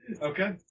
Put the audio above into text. Okay